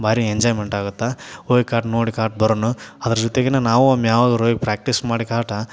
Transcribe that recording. ಭಾರೀ ಎಂಜಾಯ್ಮೆಂಟಾಗುತ್ತೆ ಹೋಗ್ ಕಾಟ್ ನೋಡಿ ಕಾಟ್ ಬರೋಣ ಅದ್ರ ಜೊತೆಗೆನ ನಾವೂ ಒಮ್ಮೆ ಯಾವಾಗಾರೂ ಹೋಗಿ ಪ್ರ್ಯಾಕ್ಟಿಸ್ ಮಾಡಿ ಕಾಟ